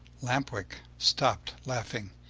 lamp-wick stopped laughing.